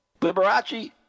Liberace